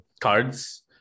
Cards